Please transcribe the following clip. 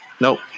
Nope